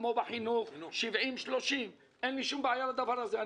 כמו בחינוך 70% 30%. אין לי שום בעיה עם הדבר הזה.